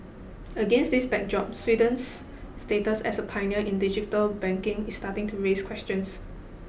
against this backdrop Sweden's status as a pioneer in digital banking is starting to raise questions